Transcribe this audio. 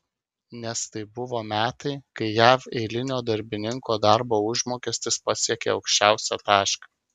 nes tai buvo metai kai jav eilinio darbininko darbo užmokestis pasiekė aukščiausią tašką